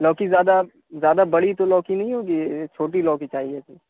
لوکی زیادہ زیادہ بڑی تو لوکی نہیں ہوگی چھوٹی لوکی چاہیے تھی